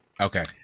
Okay